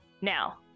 Now